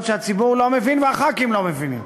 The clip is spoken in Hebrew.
שהציבור לא מבין והח"כים לא מבינים.